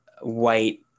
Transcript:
white